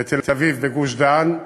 בתל-אביב, בגוש-דן.